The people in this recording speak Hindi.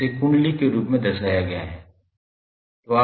इसे कुंडली के रूप में दर्शाया गया है